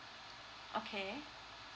okay